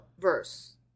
Verse